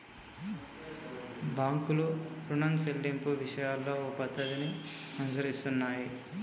బాంకులు రుణం సెల్లింపు విషయాలలో ఓ పద్ధతిని అనుసరిస్తున్నాయి